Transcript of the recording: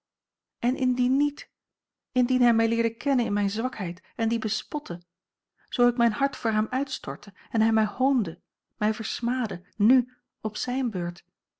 en indien niet indien hij mij leerde kennen in mijne zwakheid en die bespotte zoo ik mijn hart voor hem uitstortte en hij mij hoonde mij versmaadde n op zijne beurt